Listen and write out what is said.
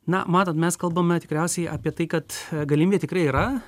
na matot mes kalbame tikriausiai apie tai kad galimybė tikrai yra